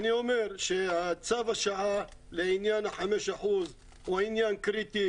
אני אומר שצו השעה לעניין ה-5% הוא עניין קריטי.